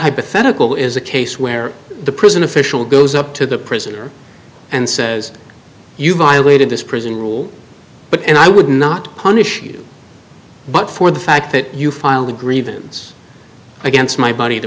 hypothetical is a case where the prison official goes up to the prisoner and says you violated this prison rule but and i would not punish you but for the fact that you filed a grievance yes against my body the